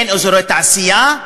אין אזורי תעשייה,